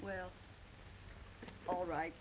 well all right